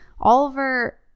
Oliver